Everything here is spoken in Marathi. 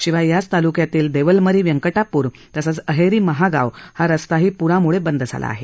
शिवाय याच तालुक्यातील देवलमरी व्यंकटापूर तसेच अहेरी महागाव हा रस्ताही प्राम्छे बंद झाला आहे